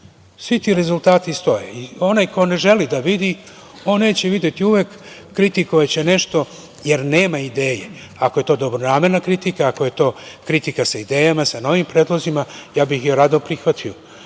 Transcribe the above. ti rezultati stoje. Onaj ko ne želi da vidi, on neće videti uvek, kritikovaće nešto jer nema ideje. Ako je to dobronamerna kritika, ako je to kritika sa idejama, sa novim predlozima, ja bih je rado prihvatio.